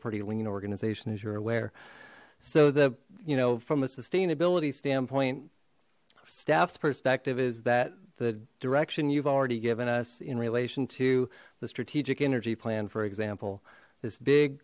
pretty lean organization as you're aware so the you know from a sustainability standpoint staffs perspective is that the direction you've already giving us in relation to the strategic energy plan for example this big